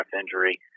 injury